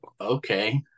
Okay